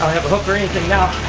have a hook or anything now.